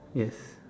yes